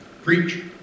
preach